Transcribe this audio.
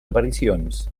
aparicions